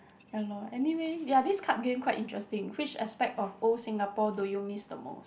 ya lor anyway ya this card game quite interesting which aspect of old Singapore do you miss the most